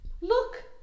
Look